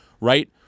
right